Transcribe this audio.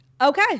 Okay